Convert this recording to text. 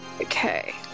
Okay